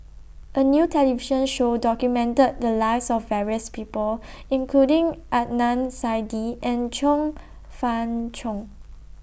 A New television Show documented The Lives of various People including Adnan Saidi and Chong Fah Cheong